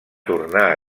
tornar